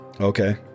Okay